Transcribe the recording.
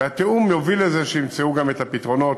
והתיאום יוביל לזה שימצאו גם את הפתרונות